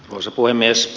arvoisa puhemies